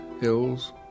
hills